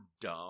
dumb